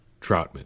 Troutman